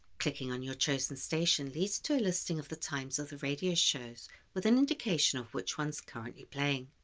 clicking on your chosen station leads to a listing of the times of the radio shows with an indication of which one's currently playing,